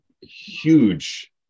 huge